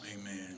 amen